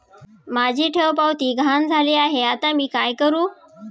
माझी ठेवपावती गहाळ झाली आहे, आता मी काय करु?